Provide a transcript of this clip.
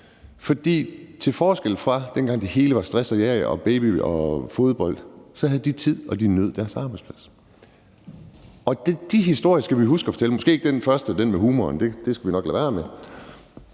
Til forskel fra dengang det hele var stress og jag og babyer og fodbold, havde de tid og nød deres arbejdsplads. De historier skal vi huske at fortælle. Måske ikke den første med humoren – det skal vi nok lade være med